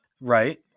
Right